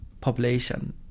population